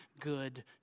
good